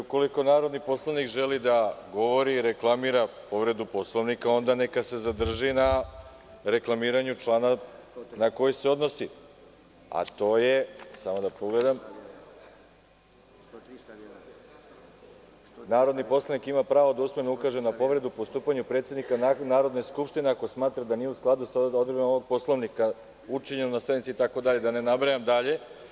Ukoliko narodni poslanik želi da govori i reklamira povredu Poslovnika, onda neka se zadrži na reklamiranju člana na koji se odnosi, a to je – narodni poslanik ima pravo da usmeno ukaže na povredu u postupanju predsednika Narodne skupštine ako smatra da nije u skladu sa ovim odredbama Poslovnika, učinjeno na sednici itd, da ne nabrajam dalje.